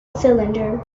cylinder